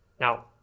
Now